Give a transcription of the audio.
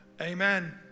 Amen